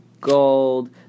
gold